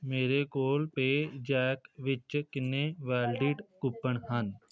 ਮੇਰੇ ਕੋਲ ਪੇਜ਼ੈਕ ਵਿੱਚ ਕਿੰਨੇ ਵੈਲਿਡ ਕੂਪਨ ਹਨ